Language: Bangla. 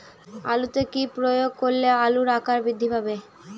আলুতে কি প্রয়োগ করলে আলুর আকার বৃদ্ধি পাবে?